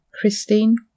christine